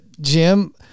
Jim